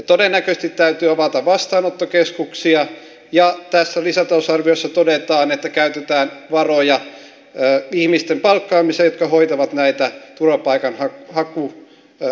todennäköisesti täytyy avata vastaanottokeskuksia ja tässä lisätalousarviossa todetaan että käytetään varoja ihmisten palkkaamiseen jotka hoitavat näitä turvapaikanhakuasioita